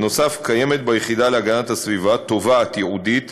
בנוסף, קיימת ביחידה להגנת הסביבה תובעת ייעודית